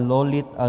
Lolit